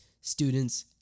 students